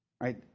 right